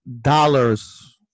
dollars